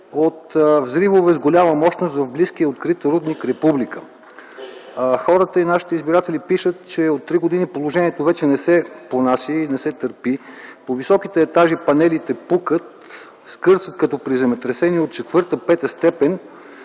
взривове с голяма мощност в близкия открит рудник „Република”. Хората и нашите избиратели пишат, че от три години положението вече не се понася, не се търпи. По високите етажи панелите пукат, скърцат като при земетресение от четвърта-пета степен.